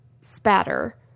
spatter